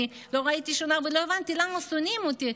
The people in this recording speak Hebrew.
לא הייתי שונה ולא הבנתי למה שונאים אותי,